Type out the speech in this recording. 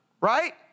Right